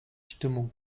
stimmung